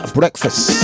breakfast